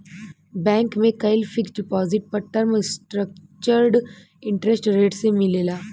bank में कईल fixed deposit पर टर्म स्ट्रक्चर्ड इंटरेस्ट रेट से मिलेला